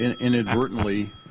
inadvertently